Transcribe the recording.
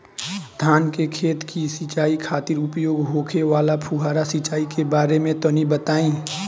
धान के खेत की सिंचाई खातिर उपयोग होखे वाला फुहारा सिंचाई के बारे में तनि बताई?